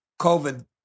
COVID